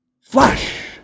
FLASH